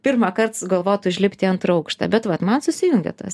pirmąkart sugalvot užlipt į antrą aukštą bet vat man susijungė tos